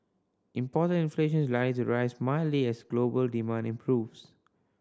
imported inflation is likely to rise mildly as global demand improves